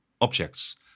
objects